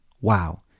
Wow